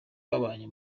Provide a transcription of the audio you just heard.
babanye